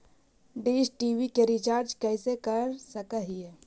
Dish TV के recharge कैसे कर सक हिय?